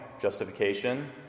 justification